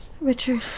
Richard